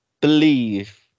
believe